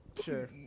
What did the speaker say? Sure